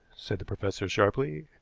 said the professor sharply.